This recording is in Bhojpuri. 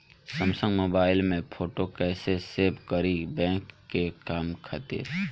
सैमसंग मोबाइल में फोटो कैसे सेभ करीं बैंक के काम खातिर?